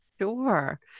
Sure